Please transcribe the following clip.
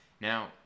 now